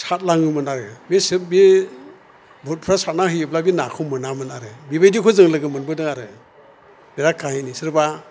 सारलाङोमोन आरो बे बुहुतफ्रा सारना होयोब्ला बे नाखौ मोनामोन आरो बेबायदिखौ जों लोगो मोनबोदों आरो बिराथ काहानि सोरबा